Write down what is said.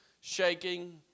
shaking